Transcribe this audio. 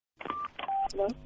Hello